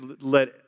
let